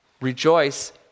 rejoice